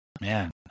man